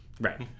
Right